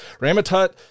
Ramatut